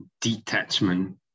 detachment